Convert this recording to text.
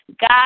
God